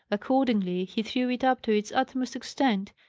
accordingly, he threw it up to its utmost extent,